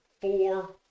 four